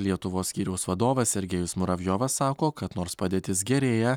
lietuvos skyriaus vadovas sergėjus muravjovas sako kad nors padėtis gerėja